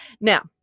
Now